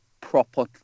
proper